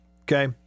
okay